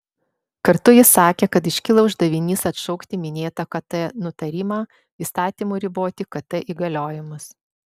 kartu jis sakė kad iškyla uždavinys atšaukti minėtą kt nutarimą įstatymu riboti kt įgaliojimus